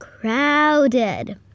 Crowded